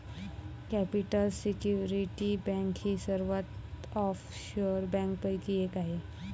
capital security bank ही सर्वोत्तम offshore बँकांपैकी एक आहे